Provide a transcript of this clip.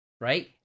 right